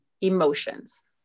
emotions